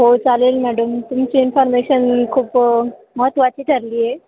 हो चालेल मॅडम तुमची इन्फॉर्मेशन खूप महत्त्वाची ठरली आहे